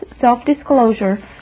self-disclosure